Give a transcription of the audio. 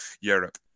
Europe